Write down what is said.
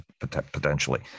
potentially